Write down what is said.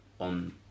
on